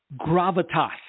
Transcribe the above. gravitas